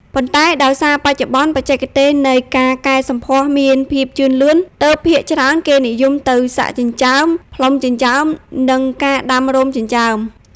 ប៉ុន្តែ ដោយសារបច្ចុប្បន្នបច្ចេកទេសនៃការកែសម្ផស្សមានភាពជឿនលឿន ទើបភាគច្រើនគេនិយមទៅ សាក់ចិញ្ចើម ផ្លុំចិញ្ចើម និងការដាំរោមចិញ្ចើម។